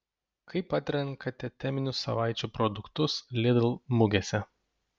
kaip atrenkate teminių savaičių produktus lidl mugėse